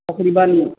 تقریباً